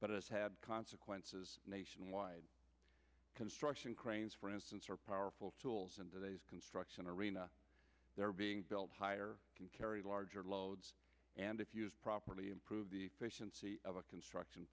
as have consequences nationwide construction cranes for instance are powerful tools in today's construction arena they're being built higher can carry larger loads and if used properly improve the efficiency of a construction